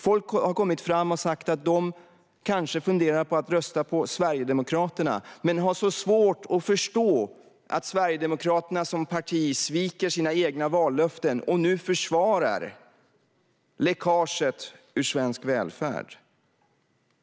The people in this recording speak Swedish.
Folk har kommit fram och sagt att de kanske funderar på att rösta på Sverigedemokraterna men har så svårt att förstå att Sverigedemokraterna som parti sviker sina egna vallöften och nu försvarar läckaget ur svensk välfärd.